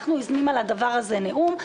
אנחנו יוזמים על הדבר הזה נאום.